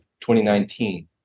2019